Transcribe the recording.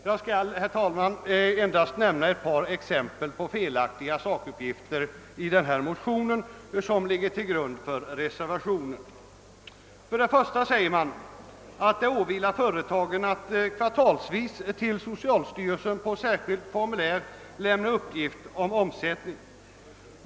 Jag skall, herr talman, endast nämna ett par exempel på felaktiga sakuppgifter i den motion, som ligger till grund för reservationeu, För det första uttalar man att det åvilar företagen att kvartalsvis till socialstyrelsen på särskilt formulär lämna uppgift om omsättningen.